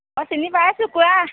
অঁ চিনি পাইছোঁ কোৱা